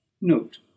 note